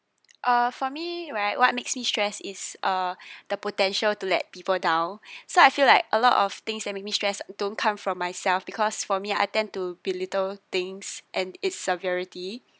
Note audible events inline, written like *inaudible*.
uh for me right what makes me stress is uh *breath* the potential to let people down *breath* so I feel like a lot of things that make me stress don't come from myself because for me I tend to belittle things and its severity